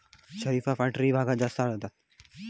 शरीफा पठारी भागात जास्त आढळता